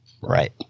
Right